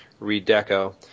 redeco